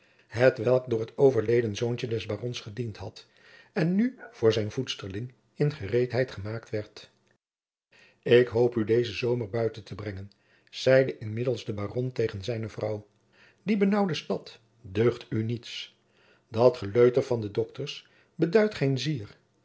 hetwelk voor het overleden zoontje des barons gediend had en nu voor zijn voedsterling in gereedheid gemaakt werd ik hoop u dezen zomer buiten te brengen zeide inmiddels de baron tegen zijne vrouw die benaauwde stad deugt u niets dat geleuter van de doctors beduidt geen zier